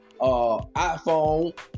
iPhone